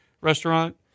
restaurant